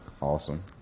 Awesome